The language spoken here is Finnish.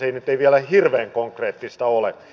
se nyt ei vielä hirveän konkreettista ole